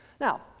Now